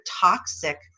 toxic